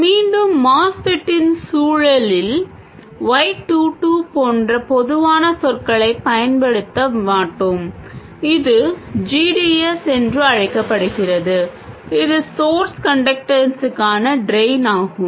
மீண்டும் MOSFET இன் சூழலில் y 2 2 போன்ற பொதுவான சொற்களைப் பயன்படுத்த மாட்டோம் இது g d s என்று அழைக்கப்படுகிறது இது ஸோர்ஸ் கன்டக்டன்ஸுக்கான ட்ரெய்ன் ஆகும்